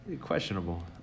Questionable